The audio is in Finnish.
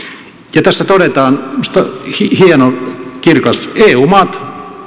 ja tässä todetaan minusta hienosti kirkkaasti eu maat